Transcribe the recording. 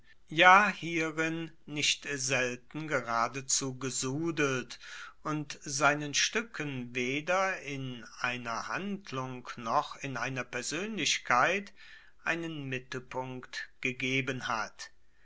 ja hierin nicht selten geradezu gesudelt und seinen stuecken weder in einer handlung noch in einer persoenlichkeit einen mittelpunkt gegeben hat